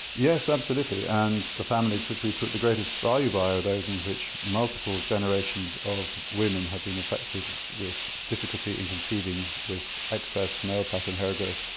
yes, absolutely and the families which we put the greatest value by are those in which multiple generations of women have been affected with difficulty in conceiving with excess male pattern hair growth.